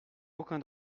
aucun